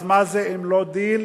אז מה זה אם לא דיל?